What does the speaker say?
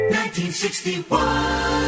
1961